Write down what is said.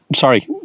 Sorry